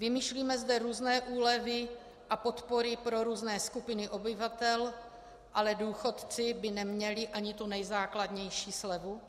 Vymýšlíme zde různé úlevy a podpory pro různé skupiny obyvatel, ale důchodci by neměli ani tu nejzákladnější slevu?